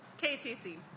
KTC